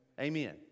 Amen